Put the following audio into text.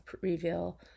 reveal